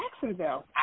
Jacksonville